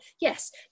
yes